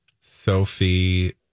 Sophie